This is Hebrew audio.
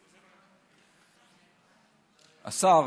השר,